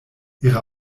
ihre